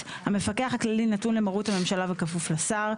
(ב) המפקח הכללי נתון למרות הממשלה וכפוף לשר.